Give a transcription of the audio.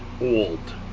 Old